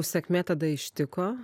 sėkmė tada ištiko